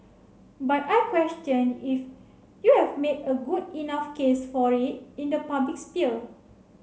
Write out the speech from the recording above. but I question if you've made a good enough case for it in the public sphere